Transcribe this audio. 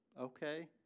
okay